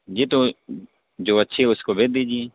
جی تو جو اچھے ہے اس کو بھیج دیجیے